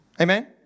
Amen